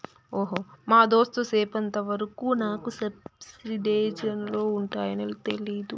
మా దోస్త్ సెప్పెంత వరకు నాకు సబ్సిడైజ్ లోన్లు ఉంటాయాన్ని తెలీదు